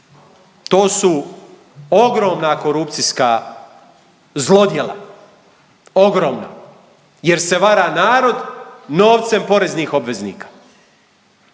To su ogromna korupcijska zlodjela, ogromna jer se vara narod novcem poreznih obveznika.